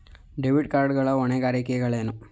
Debit card ಗಳ ಹೊಣೆಗಾರಿಕೆಗಳೇನು?